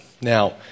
Now